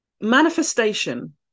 Manifestation